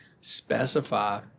Specify